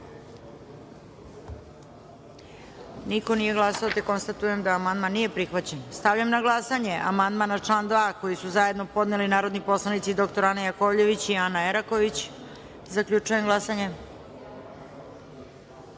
Niko nije glasao. Konstatujem da nije prihvaćen. Stavljam na glasanje amandman na član 2. koji su zajedno podneli narodni poslanici dr Ana Jakovljević i Ana Eraković. Zaključujem glasanje